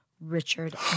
Richard